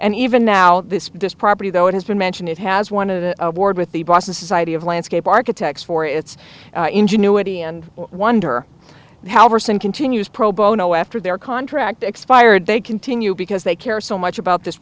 and even now this property though it has been mentioned it has won an award with the boston society of landscape architects for its ingenuity and wonder how over some continues pro bono after their contract expired they continue because they care so much about this